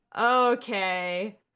Okay